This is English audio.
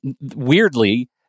weirdly